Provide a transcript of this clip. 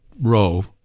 row